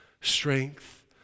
strength